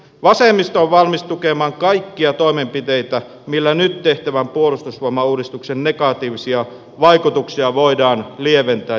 vasemmisto on valmis tukemaan kaikkia toimenpiteitä millä nyt tehtävän puolustusvoimauudistuksen negatiivisia vaikutuksia voidaan lieventää ja estää